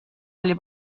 oli